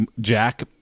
Jack